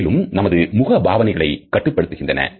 மேலும் நமது முக பாவனைகளை கட்டுப்படுத்துகின்றன